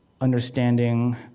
understanding